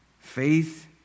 Faith